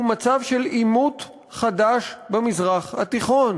הוא מצב של עימות חדש במזרח התיכון,